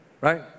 right